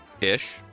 Ish